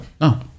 No